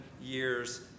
years